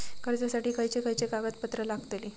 कर्जासाठी खयचे खयचे कागदपत्रा लागतली?